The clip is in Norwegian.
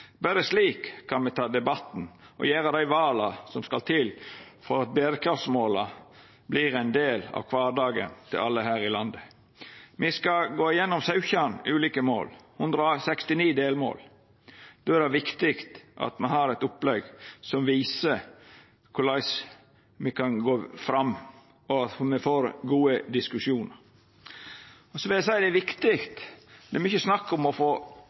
Berre slik kan me ta debatten og gjera dei vala som skal til for at berekraftsmåla vert ein del av kvardagen til alle her i landet. Me skal gå igjennom 17 ulike mål og 169 delmål. Då er det viktig at me har eit opplegg som viser korleis me kan gå fram, og at me får gode diskusjonar. Eg vil seia at det er viktig med følgjande: Det er mykje snakk om å få